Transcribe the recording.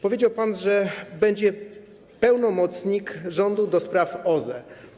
Powiedział pan, że będzie pełnomocnik rządu do spraw OZE.